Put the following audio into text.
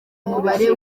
umubare